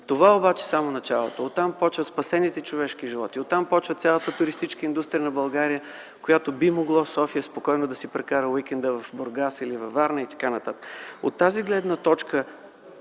Това обаче е само началото. Оттам започват спасените човешки животи, оттам започва цялата туристическа индустрия на България. Би могло спокойно София да си прекара уикенда в Бургас или Варна и т.н. От тази гледна точка